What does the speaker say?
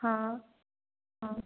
हाँ हाँ